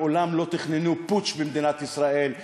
מעולם לא תכננו פוטש במדינת ישראל.